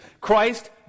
Christ